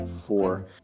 Four